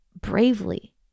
bravely